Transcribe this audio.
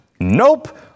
Nope